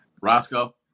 Roscoe